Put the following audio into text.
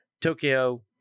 Tokyo